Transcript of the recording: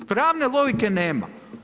Pravne logike nema.